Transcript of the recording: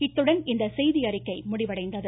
இத்துடன் இந்த செய்தியறிக்கை முடிவடைந்தது